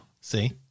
See